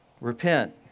Repent